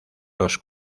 los